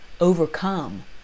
overcome